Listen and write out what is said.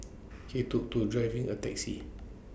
he took to driving A taxi